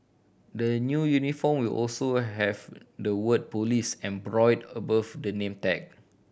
the new uniform will also have the word police embroidered above the name tag